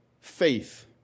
Faith